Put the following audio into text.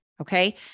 Okay